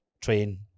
train